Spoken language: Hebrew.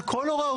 על כל הוראותיהן,